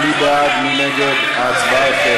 נתקבלה.